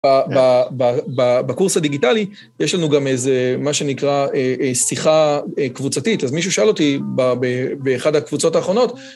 בקורס הדיגיטלי, יש לנו גם איזה, מה שנקרא, שיחה קבוצתית. אז מישהו שאל אותי באחד הקבוצות האחרונות,